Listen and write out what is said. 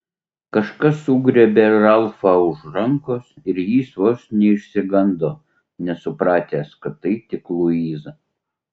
kažkas sugriebė ralfą už rankos ir jis vos neišsigando nesupratęs kad tai tik luiza